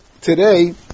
today